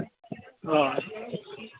ᱚ